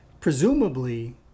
Presumably